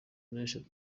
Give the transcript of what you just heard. n’eshatu